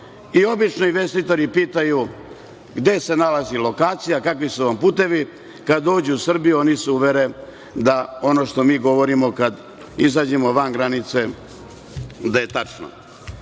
Obično investitori pitaju – gde se nalazi lokacija, kakvi su vam putevi? Kad dođu u Srbiju, oni se uvere da ono što mi govorimo kad izađemo van granice, da je tačno. Šta